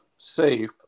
safe